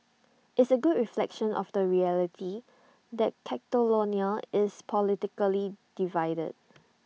it's A good reflection of the reality that Catalonia is politically divided